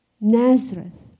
Nazareth